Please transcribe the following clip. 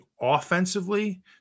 offensively